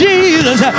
Jesus